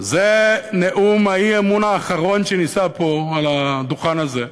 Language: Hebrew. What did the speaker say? זה נאום האי-אמון האחרון שנישא פה על הדוכן הזה,